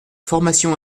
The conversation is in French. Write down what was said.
formation